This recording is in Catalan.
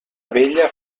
abella